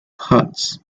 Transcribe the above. huts